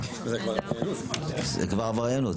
זה עבריינות,